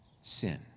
sin